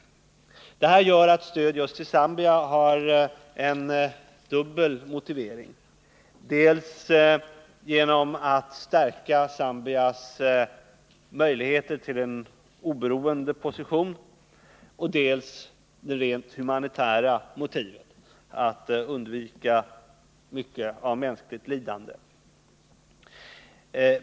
Sydrhodesia Detta gör att stöd just till Zambia har dubbel motivering, dels genom ; synpunkten att det stärker Zambias möjligheter till en oberoende position, dels genom det rent humanitära motivet att undvika mycket av mänskligt lidande.